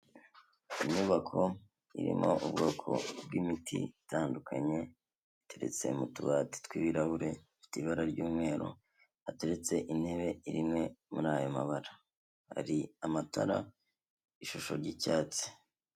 Inyubako irimo ubwoko bw'imiti itandukanye iteretse mu tubati tw'ibirahure bifite ibara ry'umweru hateretse intebe imwe muri ayo mabara hari amatara ishusho ry'icyatsi.